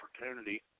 opportunity